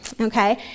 okay